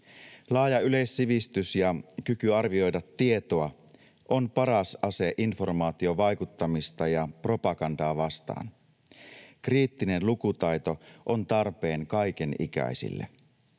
Laaja yleissivistys ja kyky arvioida tietoa ovat paras ase informaatiovaikuttamista ja propagandaa vastaan. Kriittinen lukutaito on tarpeen kaikenikäisille.